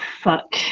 fuck